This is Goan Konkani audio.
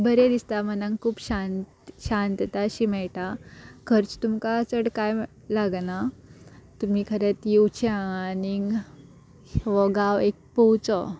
बरें दिसता मनाक खूब शांत शांतता अशी मेळटा खर्च तुमकां चड कांय लागना तुमी खरेंत येवच्या आनीग हो गांव एक पोवचो